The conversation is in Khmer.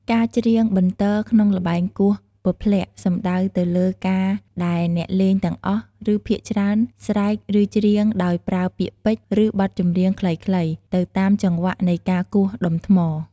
ការច្រៀងបន្ទរក្នុងល្បែងគោះពព្លាក់ សំដៅទៅលើការដែលអ្នកលេងទាំងអស់ ឬភាគច្រើនស្រែក ឬច្រៀងដោយប្រើពាក្យពេចន៍ ឬបទចម្រៀងខ្លីៗ ទៅតាមចង្វាក់នៃការគោះដុំថ្ម។